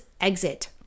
exit